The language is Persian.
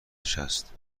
نشست